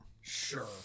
sure